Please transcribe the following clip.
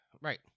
Right